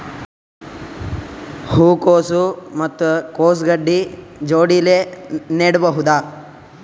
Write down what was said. ಹೂ ಕೊಸು ಮತ್ ಕೊಸ ಗಡ್ಡಿ ಜೋಡಿಲ್ಲೆ ನೇಡಬಹ್ದ?